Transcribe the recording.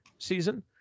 season